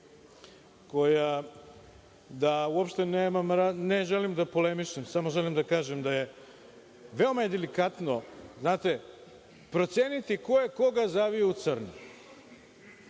Tepić, uopšte ne želim da polemišem, želim da kažem da je veoma delikatno proceniti ko je koga zavio u crno,